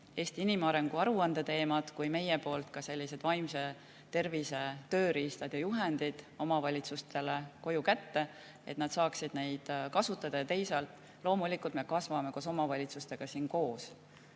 Eesti inimarengu aruande teemad kui ka meie pakutavad vaimse tervise tööriistad ja juhendid omavalitsustele koju kätte, et nad saaksid neid kasutada. Ja teisalt, loomulikult me kasvame koos omavalitsustega seda tööd